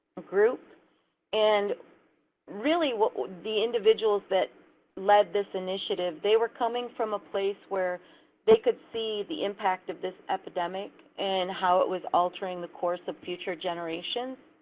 group and really the individuals that led this initiative, they were coming from a place where they could see the impact of this epidemic and how it was altering the course of future generations.